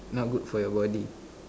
not good for your body